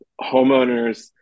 homeowners